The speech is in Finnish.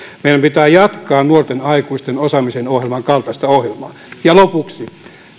meidän pitää jatkaa nuorten aikuisten osaamisen ohjelman kaltaista ohjelmaa ja lopuksi